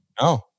No